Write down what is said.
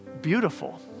beautiful